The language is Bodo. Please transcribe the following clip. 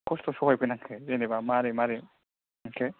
खस्थ' सहाय बोनांखो जेनोबा माबोरै माबोरै मोनखो